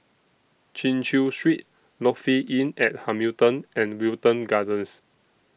Chin Chew Street Lofi Inn At Hamilton and Wilton Gardens